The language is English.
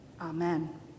Amen